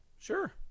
Sure